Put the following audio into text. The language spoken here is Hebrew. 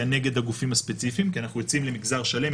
נגד הגופים הספציפיים כי אנחנו יוצאים למגזר שלם.